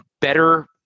better